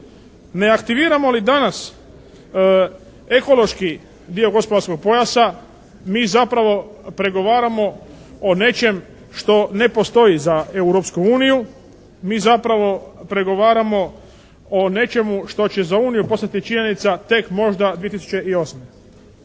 Ne aktiviramo li danas ekološki dio gospodarskog pojasa mi zapravo pregovaramo o nečem što ne postoji za Europsku uniju. Mi zapravo pregovaramo o nečemu što će za Uniju postati činjenica tek možda 2008.